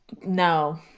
No